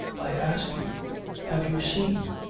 i ask you have you seen?